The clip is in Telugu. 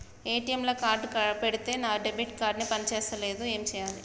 ఏ.టి.ఎమ్ లా కార్డ్ పెడితే నా డెబిట్ కార్డ్ పని చేస్తలేదు ఏం చేయాలే?